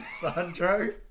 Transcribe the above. Sandro